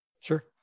Sure